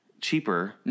cheaper